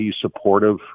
supportive